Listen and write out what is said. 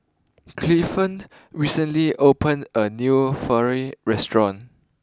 Clifton recently opened a new Falafel restaurant